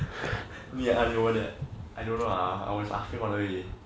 we are like all that I don't know ah I was laughing all the way